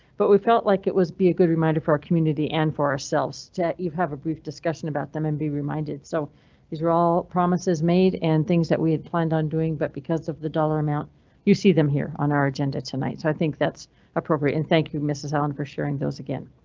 but we felt like it would be a good reminder for our community and for ourselves that you have a brief discussion about them and be reminded. so these are all promises made and things that we had planned on doing. but because of the dollar amount you see them here on our agenda tonight, so i think that's appropriate. and thank you mrs allen, for sharing those again.